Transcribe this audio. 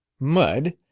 mud!